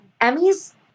Emmy's